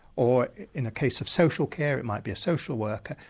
or in a case of social care, it might be a social worker,